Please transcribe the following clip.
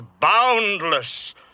boundless